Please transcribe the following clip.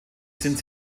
sind